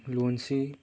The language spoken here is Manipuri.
ꯂꯣꯟꯁꯤ